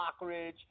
Lockridge